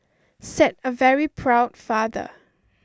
said a very proud father